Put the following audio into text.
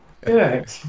Good